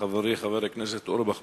חברי חבר הכנסת אורבך,